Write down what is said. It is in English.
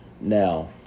Now